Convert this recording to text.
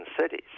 cities